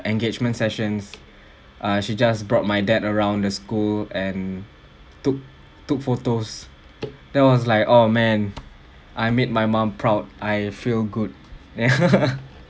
engagement sessions ah she just brought my dad around the school and took took photos that was like oh man I made my mum proud I feel good ya